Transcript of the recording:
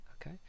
okay